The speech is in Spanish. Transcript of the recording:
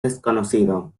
desconocido